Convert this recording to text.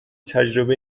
تجربه